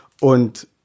und